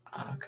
Okay